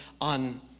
on